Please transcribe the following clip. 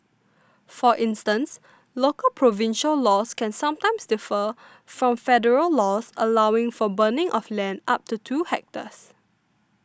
for instance local provincial laws can sometimes differ from federal laws allowing for burning of land up to two hectares